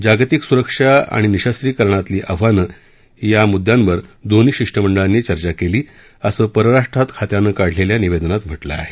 जागतिक सुरक्षा आणि निरस्त्रीकरणातली आव्हाने या मुद्द्यांवर दोन्ही शिष्टमंडळानी चर्चा केली असं परराष्ट्र खात्यानं काढलेल्या निवेदनात म्हटलं आहे